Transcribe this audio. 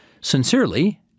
Sincerely